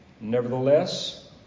Nevertheless